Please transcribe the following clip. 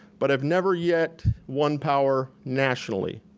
but have never yet won power nationally,